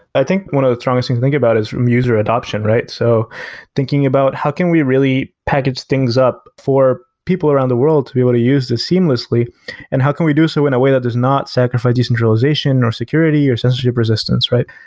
i think one of strongest things to think about is user adoption, right? so thinking about how can we really package things up for people around the world to be able to use this seamlessly and how can we do so in a way that does not sacrifice decentralization or security or censorship resistance, right?